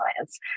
science